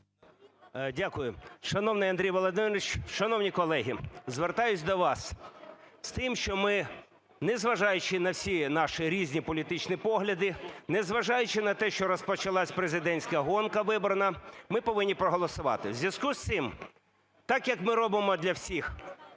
Дякую. Шановний Андрій Володимирович, шановні колеги, звертаюсь до вас з тим, що ми, незважаючи на всі наші різні політичні погляди, незважаючи на те, що розпочалась президентська гонка виборна, ми повинні проголосувати. У зв'язку з цим так, як ми робимо для всіх,